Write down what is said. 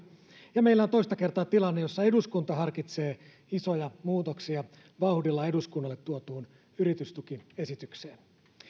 ja meillä on toista kertaa tilanne jossa eduskunta harkitsee isoja muutoksia vauhdilla eduskunnalle tuotuun yritystukiesitykseen